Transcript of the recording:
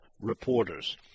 reporters